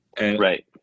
right